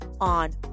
on